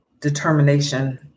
determination